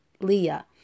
Leah